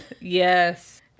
Yes